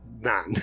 man